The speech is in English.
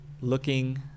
looking